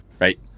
right